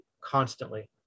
constantly